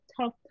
Tough